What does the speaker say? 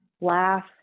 laugh